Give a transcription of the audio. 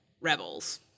Rebels